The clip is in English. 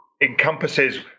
encompasses